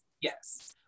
yes